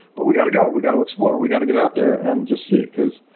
but we've got to go. we've got to explore. we've got to get out there and just see, because